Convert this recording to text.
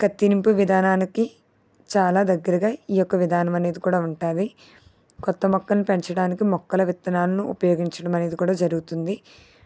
కత్తిరింపు విధానానికి చాలా దగ్గరగా ఈ యొక్క విధానం అనేది కూడా ఉంటుంది కొత్త మొక్కని పెంచడానికి మొక్కల విత్తనాలను ఉపయోగించడం అనేది కూడా జరుగుతుంది